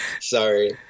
Sorry